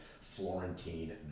Florentine